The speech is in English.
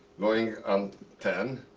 going on ten.